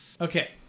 Okay